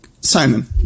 Simon